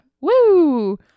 Woo